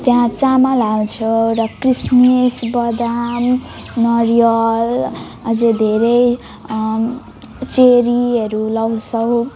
त्यहाँ चामल हाल्छ र किसमिस बदाम नरिवल अझ धेरै चेरीहरू लगाउँछौँ